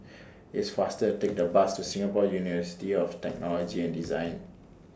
It's faster to Take The Bus to Singapore University of Technology and Design